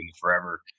forever